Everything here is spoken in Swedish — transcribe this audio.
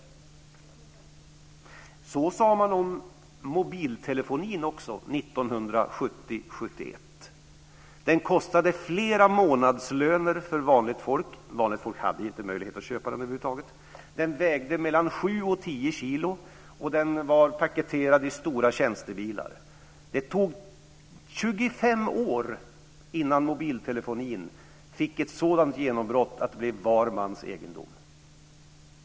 Så sade man om mobiltelefonin också 1970-1971. Den kostade flera månadslöner för vanligt folk. De hade inte möjlighet att köpa den över huvud taget. Den vägde mellan sju och tio kilo och den var paketerad i stora tjänstebilar. Det tog 25 år innan mobiltelefonin fick ett sådant genombrott att den blev var mans egendom.